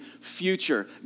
future